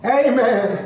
amen